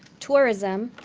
tourism,